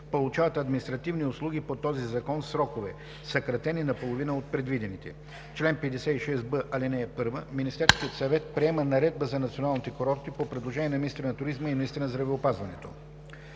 получават административни услуги по този закон в срокове, съкратени наполовина от предвидените. Чл. 56б. (1) Министерският съвет приема наредба за националните курорти по предложение на министъра на туризма и министъра на здравеопазването.